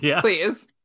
Please